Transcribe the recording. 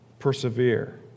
persevere